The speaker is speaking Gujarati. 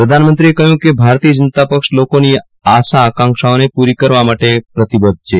પ્રધાનમંત્રીએ કહ્યું કે ભારતીય જનતા પક્ષ લોકોની આશા આકાંક્ષાઓને પૂરી કરવા માટે પ્રતિબધ્ધ છે